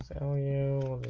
l u